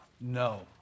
No